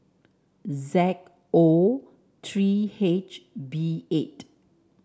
Z O three H B eight